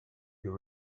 you